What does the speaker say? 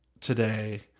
today